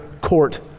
court